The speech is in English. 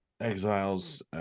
Exiles